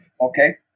okay